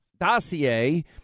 dossier